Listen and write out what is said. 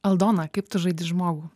aldona kaip tu žaidi žmogų